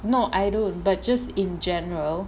no I don't but just in general